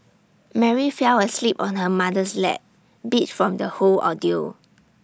Mary fell asleep on her mother's lap beat from the whole ordeal